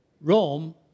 Rome